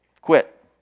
quit